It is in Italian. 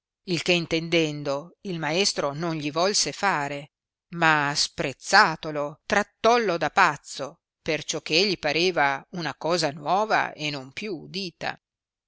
il che intendendo il maestro non gli volse fare ma sprezzatolo trattollo da pazzo perciò che gli pareva una cosa nuova e non più udita